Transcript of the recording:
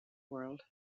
world